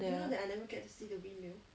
there